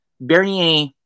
bernier